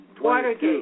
Watergate